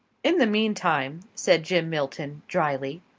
in the meantime, said jim milton dryly,